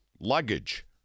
luggage